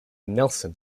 nelson